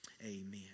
amen